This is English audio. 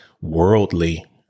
worldly